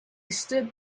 stood